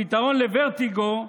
הפתרון לוורטיגו,